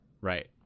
Right